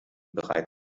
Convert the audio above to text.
bereit